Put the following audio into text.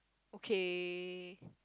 okay